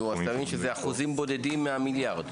אלה אחוזים בודדים מהמיליארד.